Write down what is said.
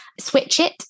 SwitchIt